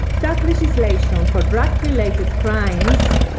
tough legislation for drug-related crimes